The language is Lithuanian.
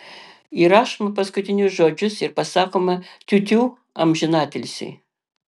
įrašome paskutinius žodžius ir pasakome tiutiū amžinatilsiui